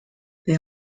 they